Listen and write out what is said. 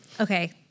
okay